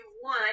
one